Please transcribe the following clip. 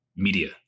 media